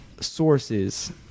sources